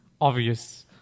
obvious